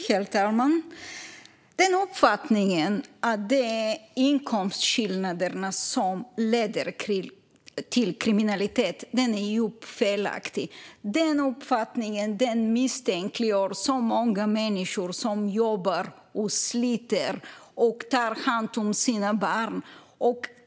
Herr talman! Uppfattningen att det är inkomstskillnaderna som leder till kriminalitet är djupt felaktig. Den uppfattningen misstänkliggör många människor som jobbar och sliter och tar hand om sina barn.